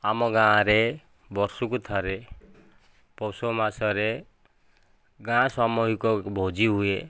ଆମ ଗାଁରେ ବର୍ଷକୁ ଥରେ ପୌଷ ମାସରେ ଗାଁ ସାମୁହିକ ଭୋଜି ହୁଏ